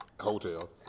Hotel